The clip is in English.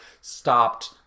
stopped